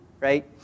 right